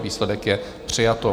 Výsledek je: přijato.